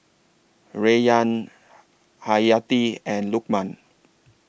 Rayyan Hayati and Lukman